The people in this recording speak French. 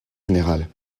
général